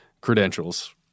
credentials